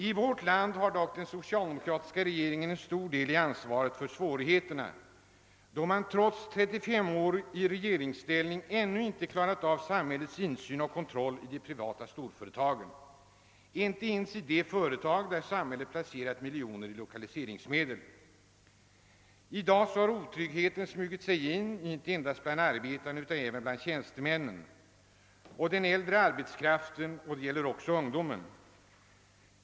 I vårt land har dock socialdemokraterna en stor del av ansvaret för svårigheterna, då de trots 35 år i regeringsställning ännu inte förverkligat samhällets insyn i och kontroll av de privata storföretagen, inte ens det företag där samhället placerat miljoner i lokaliseringsmedel. I dag har otryggheten smugit sig in inte endast bland arbetarna utan även bland tjänstemännen, den äld re arbetskraften och ungdomen.